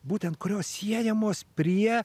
būtent kurios siejamos prie